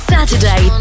Saturday